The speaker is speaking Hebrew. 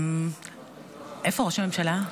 איפה ראש הממשלה?